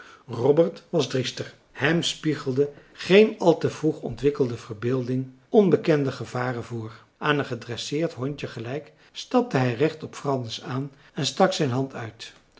was driester hem spiegelde geen al te vroeg ontwikkelde verbeelding onbekende gevaren voor aan een gedresseerd hondje gelijk stapte hij recht op frans aan en stak zijn hand uit